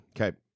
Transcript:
Okay